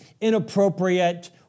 inappropriate